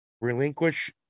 relinquish